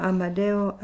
Amadeo